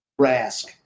Rask